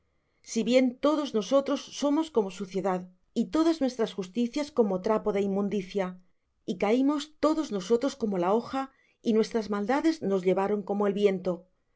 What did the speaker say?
si bien todos nosotros somos como suciedad y todas nuestras justicias como trapo de inmundicia y caímos todos nosotros como la hoja y nuestras maldades nos llevaron como viento